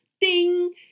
Ding